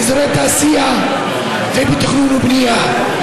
באזורי תעשייה ובתכנון ובנייה.